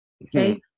okay